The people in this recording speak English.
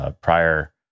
prior